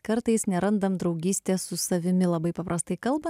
kartais nerandam draugystės su savimi labai paprastai kalba